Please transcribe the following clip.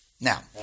Now